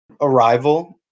Arrival